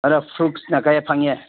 ꯑꯗ ꯐ꯭ꯔꯨꯠꯁꯅ ꯀꯌꯥ ꯐꯪꯉꯦ